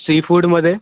सीफूडमध्ये